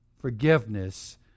forgiveness